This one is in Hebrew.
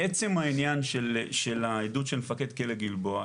לעצם העניין של העדות של מפקד כלא גלבוע,